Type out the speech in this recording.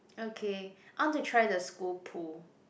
okay I want to try the school pool